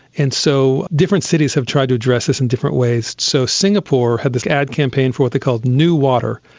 and so different cities have tried to address this in different ways. so singapore had this ad campaign for what they called new water,